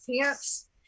pants